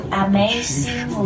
amazing